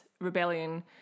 rebellion